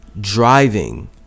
driving